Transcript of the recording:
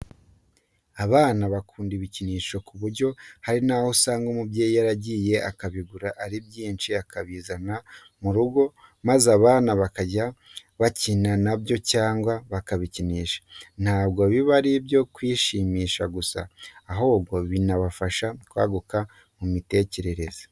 Abana bakunda ibikinisho ku buryo hari naho usanga umubyeyi yaragiye akabigura ari byinshi akabizana mu rugo, maze abana bakajya bakina na byo cyangwa bakabikinisha. Ntabwo biba ari ibyo kwishimisha gusa ahubwo binabafafasha kwaguka mu mitekerereze.